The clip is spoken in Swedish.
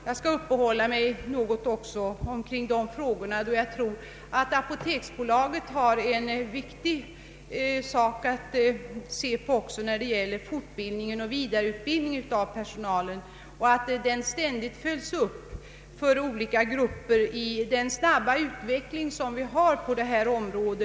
Jag skall uppehålla mig något vid dem då jag tror att det också är en vik Ang tig uppgift för apoteksbolaget att se till att fortbildningen ständigt följs upp för olika grupper med den snabba utvecklingen på detta område.